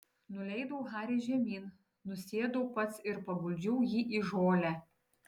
nuleidau harį žemyn nusėdau pats ir paguldžiau jį į žolę